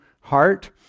heart